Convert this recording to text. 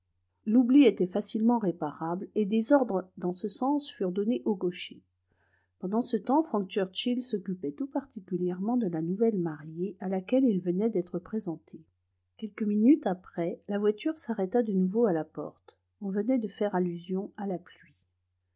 l'oubli était facilement réparable et des ordres dans ce sens furent donnés au cocher pendant ce temps frank churchill s'occupait tout particulièrement de la nouvelle mariée à laquelle il venait d'être présenté quelques minutes après la voiture s'arrêta de nouveau à la porte on venait de faire allusion à la pluie